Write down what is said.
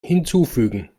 hinzufügen